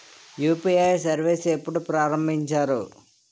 UPI service ఎప్పుడు ప్రారంభించారు?